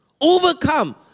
Overcome